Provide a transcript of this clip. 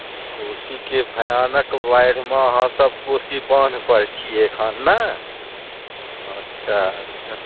ई कोशीके भयानक बाढ़िमे अहाँ सभ कोशी बान्ह पर छियै एखन ने अच्छा अच्छा